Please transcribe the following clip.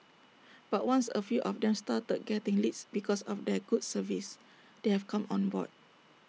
but once A few of them started getting leads because of their good service they have come on board